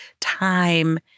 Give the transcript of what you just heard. time